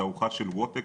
תערוכה של ווטק,